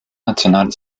nationale